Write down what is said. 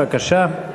בבקשה.